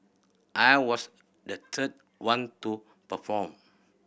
I was the third one to perform